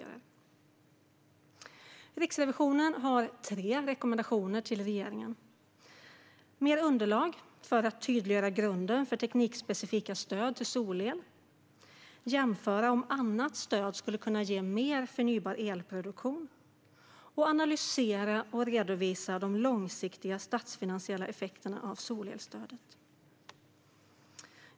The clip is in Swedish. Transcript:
Riksrevisionen har tre rekommendationer till regeringen: ta fram mer underlag för att tydliggöra grunden för teknikspecifika stöd till solel, jämföra om annat stöd skulle ge mer förnybar elproduktion och analysera och redovisa de långsiktiga statsfinansiella effekterna av solelstödet.